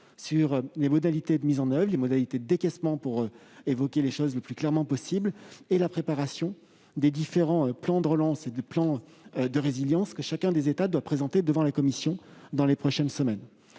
sur les modalités de mise en oeuvre et de décaissement, pour évoquer les choses le plus clairement possible. Nous discutons de la préparation des différents plans de relance et du plan de résilience que chaque État doit présenter devant la Commission dans les prochaines semaines.